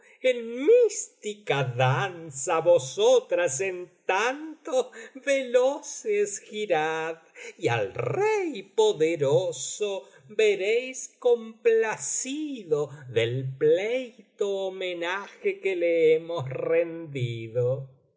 en mística danza vosotras en tanto veloces girad y al rey poderoso veréis complacido del pleito homenaje que le hemos rendido